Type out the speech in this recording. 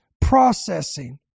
processing